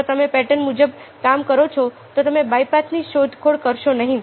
જો તમે પેટર્ન મુજબ કામ કરો છો તો તમે બાયપાથની શોધખોળ કરશો નહીં